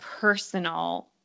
personal